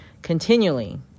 continually